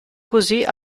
così